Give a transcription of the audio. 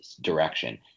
direction